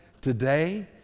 today